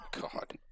God